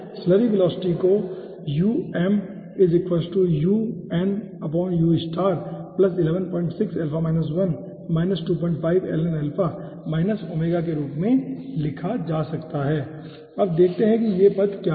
slurry velocity को के रूप में लिखा जा सकता है अब देखते हैं कि ये पद क्या हैं